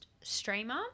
streamer